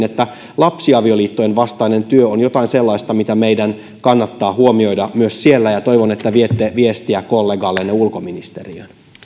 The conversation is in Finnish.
että lapsiavioliittojen vastainen työ on jotain sellaista mitä meidän kannattaa huomioida myös siellä ja toivon että viette viestiä kollegallenne ulkoministeriöön